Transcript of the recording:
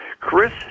Chris